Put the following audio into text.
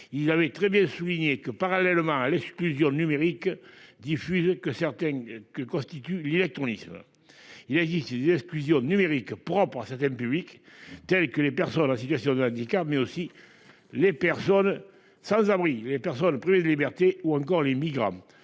Il avait très bien souligné que, parallèlement à l'exclusion numérique diffuse que constitue l'illectronisme, il existe des exclusions numériques propres à certains publics tels que les personnes en situation de handicap, mais aussi les personnes sans abri, les personnes privées de liberté, ou encore les migrants.